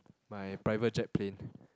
my private jet plane